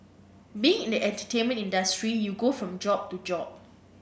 being in the entertainment industry you go from job to job